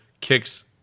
kicks